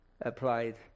applied